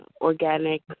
organic